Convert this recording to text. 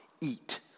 eat